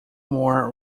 more